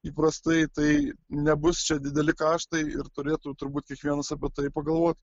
įprastai tai nebus čia dideli kaštai ir turėtų turbūt kiekvienas apie tai pagalvot